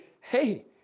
hey